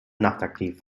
nachtaktiv